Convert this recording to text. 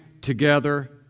together